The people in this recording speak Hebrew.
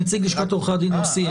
נציג לשכת עורכי הדין לא סיים.